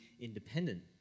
independent